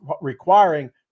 requiring